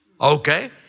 Okay